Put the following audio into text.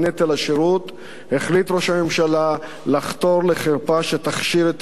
החליט ראש הממשלה לחתור לחרפה שתכשיר את ההשתמטות,